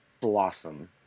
blossom